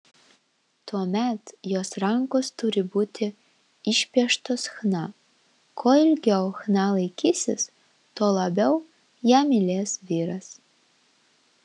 tuomet jos rankos turi būti išpieštos chna kuo ilgiau chna laikysis tuo labiau ją mylės vyras